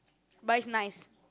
but it's nice